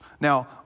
Now